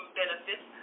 benefits